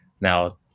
Now